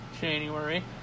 January